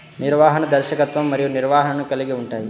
నిర్వహణ, దర్శకత్వం మరియు నిర్వహణను కలిగి ఉంటాయి